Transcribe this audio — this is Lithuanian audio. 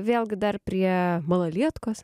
vėlgi dar prie malalietkos